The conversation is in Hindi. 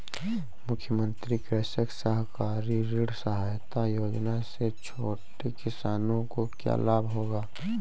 मुख्यमंत्री कृषक सहकारी ऋण सहायता योजना से छोटे किसानों को क्या लाभ होगा?